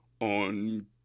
on